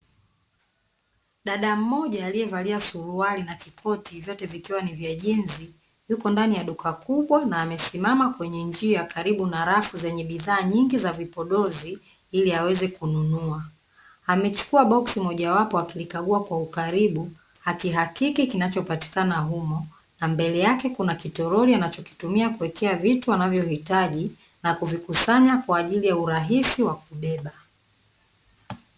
Dada mmoja aliye valia suruali na kikoti, vyote vikiwa ni vya jinsi, yuko ndani ya duka kubwa na amesimama kwenye njia karibu na rafu zenye bidhaa nyingi za vipodozi ili awezekununua, amechukua boksi mojawapo akilikagua kwa ukaribu, akihakiki kinachopatikana humo na mbele yake kuna kitorori anachokitumia kuwekea vitu anavyo vihitaji na kuvikusanya kwa ajili ya urahisi wa kuvibeba.